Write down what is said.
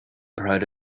proud